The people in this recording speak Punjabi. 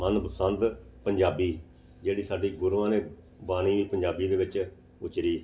ਮਨਪਸੰਦ ਪੰਜਾਬੀ ਜਿਹੜੀ ਸਾਡੀ ਗੁਰੂਆਂ ਨੇ ਬਾਣੀ ਵੀ ਪੰਜਾਬੀ ਦੇ ਵਿੱਚ ਉਚਾਰੀ